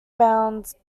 bound